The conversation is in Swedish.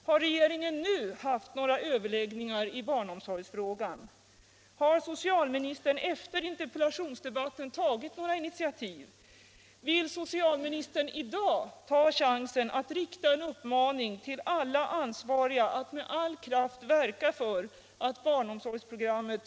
Skall det finnas en chans att klara utbyggnadsprogrammet för dessa kommuner krävs det snabba initiativ och inte den passivitet och brist på handling som regeringens svar till oss i dag har utstrålat. grammet för barnomsorgen